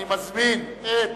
אני מזמין את